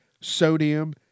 sodium